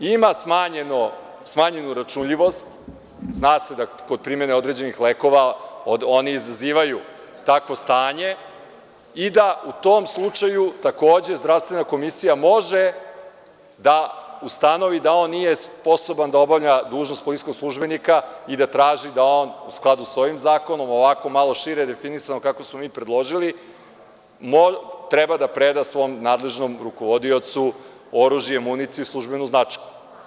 ima smanjenu uračunljivost, zna se da kod primene određenih lekova oni izazivaju takvo stanje i da u tom slučaju takođe zdravstvena komisija može da ustanovi da on nije sposoban da obavlja dužnost policijskog službenika i da traži da on u skladu sa ovim zakonom, ovako malo šire definisano, kako smo mi predložili, treba da pre svom nadležnom rukovodiocu oružje, municiju i službenu značku.